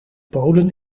polen